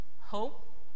hope